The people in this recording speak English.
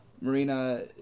Marina